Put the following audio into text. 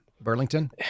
Burlington